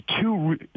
two